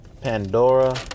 Pandora